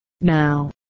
Now